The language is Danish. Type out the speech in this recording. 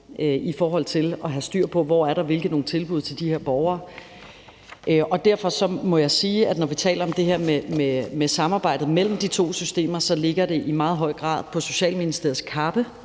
i forhold til at have styr på, hvor der er hvilke tilbud til de her borgere. Derfor må jeg sige, at når vi taler om det her med samarbejdet mellem de to systemer, er det i meget høj grad på Social-, Bolig- og